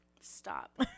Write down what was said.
stop